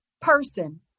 person